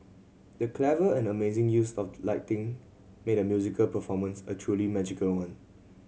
the clever and amazing use of lighting made a musical performance a truly magical one